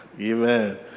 Amen